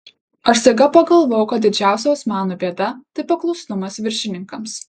aš staiga pagalvojau kad didžiausia osmanų bėda tai paklusnumas viršininkams